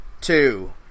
two